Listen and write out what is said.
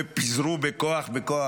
ופיזרו בכוח, בכוח.